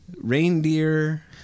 reindeer